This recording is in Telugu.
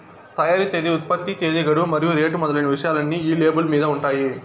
తయారీ తేదీ ఉత్పత్తి తేదీ గడువు మరియు రేటు మొదలైన విషయాలన్నీ ఈ లేబుల్ మీద ఉంటాయి